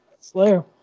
Slayer